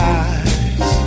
eyes